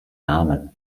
namen